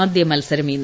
ആദ്യ മത്സരം ഇന്ന്